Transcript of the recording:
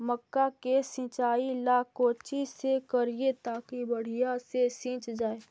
मक्का के सिंचाई ला कोची से करिए ताकी बढ़िया से सींच जाय?